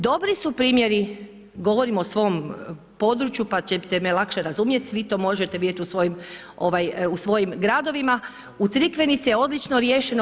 Dobri su primjeri, govorim o svom području pa ćete me lakše razumjeti, svi to možete vidjeti u svojim gradovima, u Crikvenici je odlično riješeno.